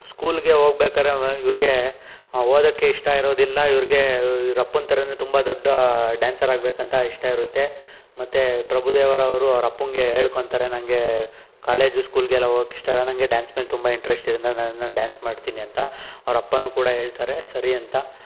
ಸ್ಕೂಲ್ಗೆ ಹೋಗಬೇಕಾದರೆ ಇವರಿಗೆ ಓದೋಕ್ಕೆ ಇಷ್ಟ ಇರೋದಿಲ್ಲ ಇವರಿಗೆ ಇವರ ಅಪ್ಪನ ಥರಾನೇ ತುಂಬ ದೊಡ್ಡ ಡ್ಯಾನ್ಸರ್ ಆಗಬೇಕು ಅಂತ ಇಷ್ಟ ಇರುತ್ತೆ ಮತ್ತೆ ಪ್ರಭುದೇವರವರು ಅವ್ರಪ್ಪಂಗೆ ಹೇಳ್ಕೊಂತಾರೆ ನನಗೆ ಕಾಲೇಜ್ ಸ್ಕೂಲ್ಗೆಲ್ಲ ಹೋಗೋಕ್ಕೆ ಇಷ್ಟ ಇಲ್ಲ ನನಗೆ ಡ್ಯಾನ್ಸ್ ಮೇಲೆ ತುಂಬ ಇಂಟ್ರೆಸ್ಟ್ ಇರೋದ್ರಿಂದ ನಾನು ಡ್ಯಾನ್ಸ್ ಮಾಡ್ತೀನಿ ಅಂತ ಅವರಪ್ಪನೂ ಕೂಡ ಹೇಳ್ತಾರೆ ಸರಿ ಅಂತ